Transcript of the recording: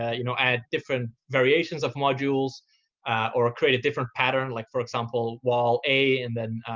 ah you know, add different variations of modules or create a different pattern like for example wall a and then